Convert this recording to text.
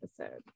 episode